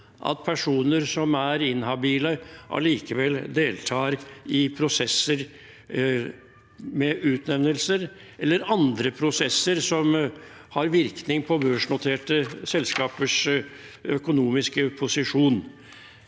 selskaper – allikevel deltar i prosesser med utnevnelser eller andre prosesser som har innvirkning på børsnoterte selskapers økonomiske posisjon.